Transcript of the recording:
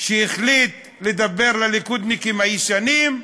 שהחליט לדבר לליכודניקים הישנים.